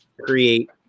create